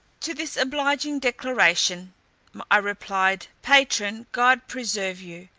to this obliging declaration i replied, patron, god preserve you.